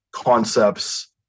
concepts